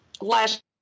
last